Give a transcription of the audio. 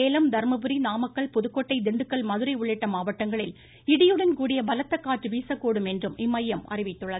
சேலம் தர்மபுரி நாமக்கல் புதுக்கோட்டை திண்டுக்கல் மதுரை உள்ளிட்ட மாவட்டங்களில் இடியுடன் கூடிய பலத்த காற்று வீசக்கூடும் என்றும் இம்மையம் அறிவித்துள்ளது